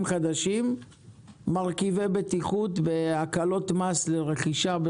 חדשים מרכיבי בטיחות בהקלות מס לרכישה,